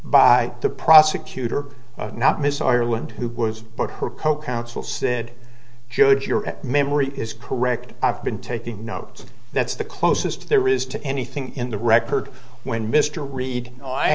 by the prosecutor not miss ireland who was but her co counsel said judge your memory is correct i've been taking notes that's the closest there is to anything in the record when mr reed